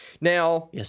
Now